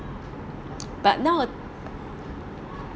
but now